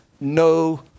no